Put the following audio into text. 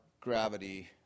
gravity